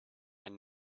and